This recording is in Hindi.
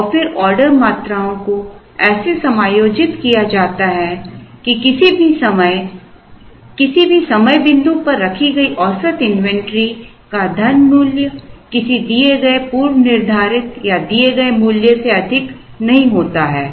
और फिर ऑर्डर मात्राओं को ऐसे समायोजित किया जाता है कि किसी भी समय बिंदु पर रखी गई औसत इन्वेंट्री का धनमूल्य किसी दिए गए पूर्वनिर्धारित या दिए गए मूल्य से अधिक नहीं होता है